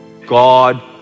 God